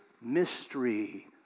mystery